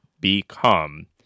become